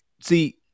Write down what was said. see